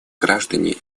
граждане